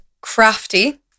crafty